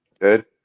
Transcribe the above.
good